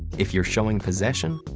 if you're showing possession,